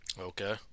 okay